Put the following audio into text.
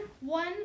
one